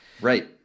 Right